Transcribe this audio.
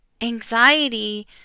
Anxiety